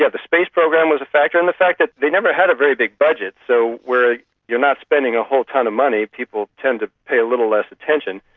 yeah the space program was a factor, and the fact that they never had a very big budget, so where you are not spending a whole tonne of money, people tend to pay a little less attention.